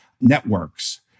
networks